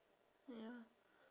ya